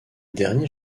derniers